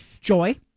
Joy